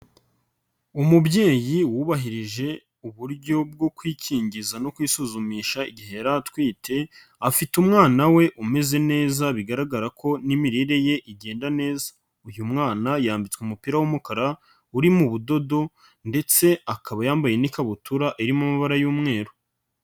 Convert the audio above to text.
Umubyeyi wubahirije uburyo bwo kwikingiza no kwisuzumisha igihe yari atwite, afite umwana we umeze neza bigaragara ko n'imirire ye igenda neza, uyu mwana yambitswe umupira w'umukara uri mu budodo ndetse akaba yambaye n'ikabutura iri mu amabara y'umweru.